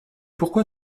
pourquoi